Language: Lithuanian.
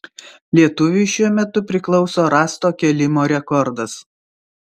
lietuviui šiuo metu priklauso rąsto kėlimo rekordas